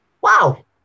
Wow